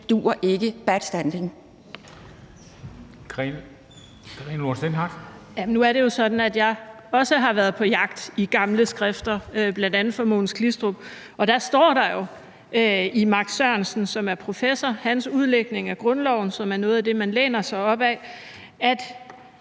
(SF): Jamen nu er det jo sådan, at jeg også har været på jagt i gamle skrifter fra bl.a. Mogens Glistrup-sagen, og der står der jo i professor Max Sørensens udlægning af grundloven, som er noget af det, man læner sig op ad, at